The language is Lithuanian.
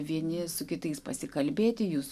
vieni su kitais pasikalbėti jūs